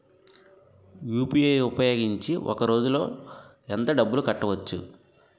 UPI ఉపయోగించి ఒక రోజులో ఎంత డబ్బులు కట్టవచ్చు?